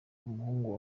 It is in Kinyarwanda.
umuhungu